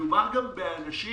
מדובר באנשים